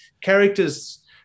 characters